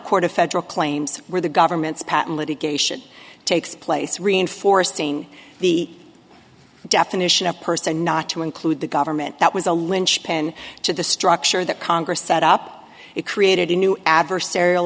court of federal claims where the government's patent litigation takes place reinforcing the definition of person not to include the government that was a linchpin to the structure that congress set up it created a new adversarial